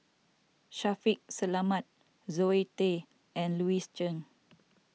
Shaffiq Selamat Zoe Tay and Louis Chen